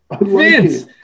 Vince